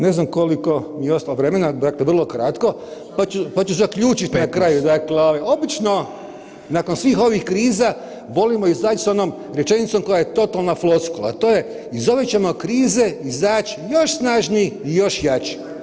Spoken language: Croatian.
Ne znam koliko mi je ostalo vremena, dakle vrlo kratko, pa ću zaključiti [[Upadica: 15.]] dakle obično nakon svih ovih kriza volimo izaći s onom rečenicom koja je totalna floskula, a to je, iz ove ćemo krize izaći još snažniji i još jači.